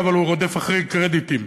אבל הוא רודף אחרי קרדיטים.